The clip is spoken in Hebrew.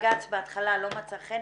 בהתחלה לא מצא חן.